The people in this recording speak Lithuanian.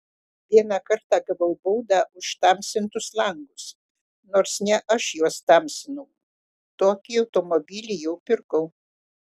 vieną kartą gavau baudą už tamsintus langus nors ne aš juos tamsinau tokį automobilį jau pirkau